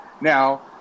Now